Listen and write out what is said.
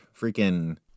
Freaking